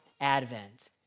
Advent